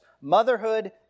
motherhood